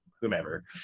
whomever